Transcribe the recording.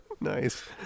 Nice